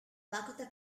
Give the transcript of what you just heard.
lakota